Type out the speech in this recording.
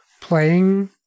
playing